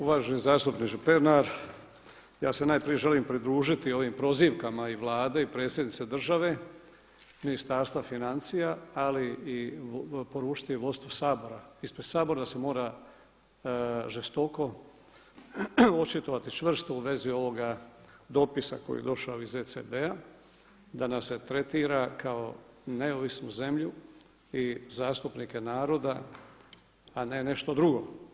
Uvaženi zastupniče Pernar ja se najprije želim pridružiti ovim prozivkama i Vlade i predsjednice države, Ministarstva financija ali i poručiti vodstvu Sabora ispred Sabora se mora žestoko očitovati čvrsto u vezi ovoga dopisa koji je došao iz ECB-a da nas se tretira kao neovisnu zemlju i zastupnike naroda a ne nešto drugo.